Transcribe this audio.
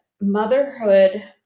motherhood